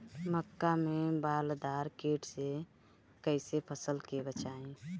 मक्का में बालदार कीट से कईसे फसल के बचाई?